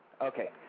Okay